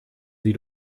sie